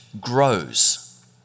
grows